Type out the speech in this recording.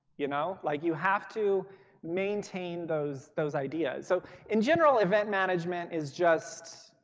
you know like you have to maintain those those ideas. so in general event management is just,